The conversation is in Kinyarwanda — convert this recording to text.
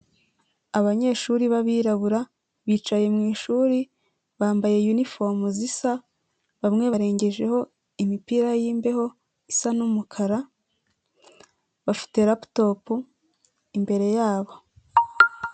Abanyeshuri b'abirabura bicaye mu ishuri bambaye yunifomu zisa, bamwe barengejeho imipira y'imbeho isa n'umukara bafite laputopu imbere yabo.